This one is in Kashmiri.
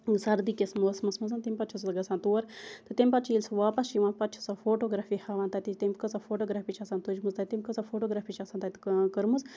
سردی کِس موسمَس مَنٛزَن تمہِ پَتہٕ چھِس گَژھان تور تہٕ تمہِ پَتہٕ چھِ ییٚلہِ سۄ واپَس چھِ یِوان پَتہٕ چھِ سۄ فوٹوگرافی ہاوان تَتِچ تٔمۍ کۭژاہ فوٹوگرافی چھِ آسان تُجمٕژ تٔمۍ کۭژاہ فوٹوگرافی چھِ آسان تَتہِ کٔرمٕژ